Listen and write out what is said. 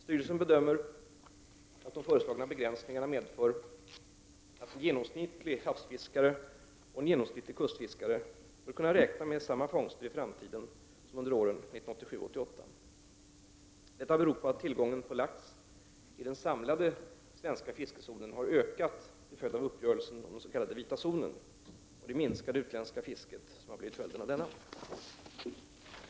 Styrelsen bedömer att de föreslagna begränsningarna medför att en ge nomsnittlig havsfiskare och en genomsnittlig kustfiskare bör kunna räkna med samma fångster i framtiden som under åren 1987—1988. Detta beror på att tillgången på lax i den samlade svenska fiskezonen har ökat till följd av uppgörelsen om den s.k. vita zonen och det minskade utländska fisket som har blivit följden av denna.